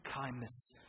kindness